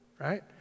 right